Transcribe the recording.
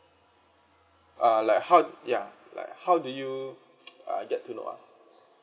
uh like how yeah like how do you uh get to know us